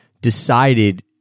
decided